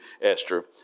Esther